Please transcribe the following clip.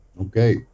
Okay